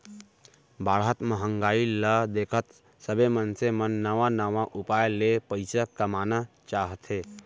बाढ़त महंगाई ल देखत सबे मनसे मन नवा नवा उपाय ले पइसा कमाना चाहथे